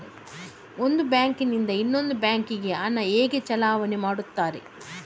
ಒಂದು ಬ್ಯಾಂಕ್ ನಿಂದ ಇನ್ನೊಂದು ಬ್ಯಾಂಕ್ ಗೆ ಹಣ ಹೇಗೆ ಚಲಾವಣೆ ಮಾಡುತ್ತಾರೆ?